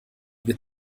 wir